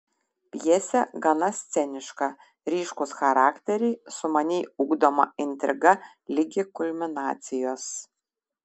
pjesė gana sceniška ryškūs charakteriai sumaniai ugdoma intriga ligi kulminacijos